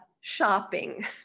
shopping